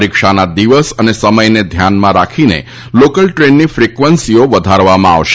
પરીક્ષાના દિવસ અને સમયને ધ્યાનમાં લઈને લોકલ ટ્રેનની ફ્રિક્વન્સીઓ વધારવામાં આવશે